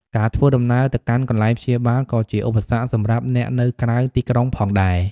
ការធ្វើដំណើរទៅកាន់កន្លែងព្យាបាលក៏ជាឧបសគ្គសម្រាប់អ្នកនៅក្រៅទីក្រុងផងដែរ។